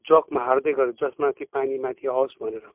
जगमा हाल्दै गरेको जसमा कि पानी माथि आओस् भनेर